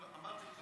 אמרתי לך,